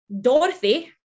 Dorothy